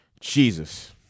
Jesus